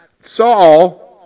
Saul